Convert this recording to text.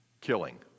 killing